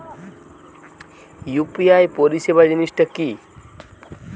UPI পরিসেবা জিনিসটা কি?